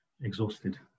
exhausted